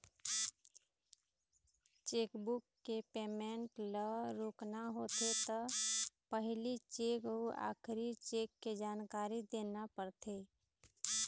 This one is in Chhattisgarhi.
चेकबूक के पेमेंट ल रोकना होथे त पहिली चेक अउ आखरी चेक के जानकारी देना परथे